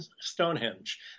Stonehenge